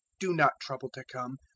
do not trouble to come.